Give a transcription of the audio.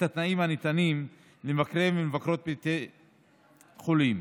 התנאים הניתנים למבקרי ולמבקרות בבתי חולים.